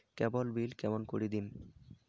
কেবল bill কেমন করি দিম?